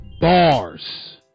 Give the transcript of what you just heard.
bars